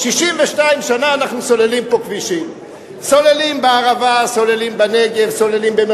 חס וחלילה, לידי ייאוש, או חס וחלילה לראות את זה